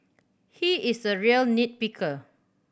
he is a real nit picker